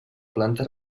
planta